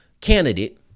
candidate